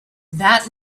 that